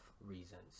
reasons